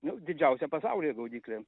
nu didžiausia pasaulyje gaudyklė